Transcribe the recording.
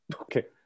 Okay